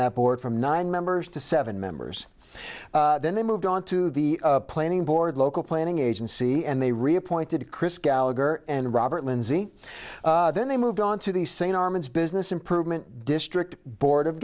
that board from nine members to seven members then they moved on to the planning board local planning agency and they reappointed chris gallagher and robert lindsay then they moved on to the sane armin's business improvement district board of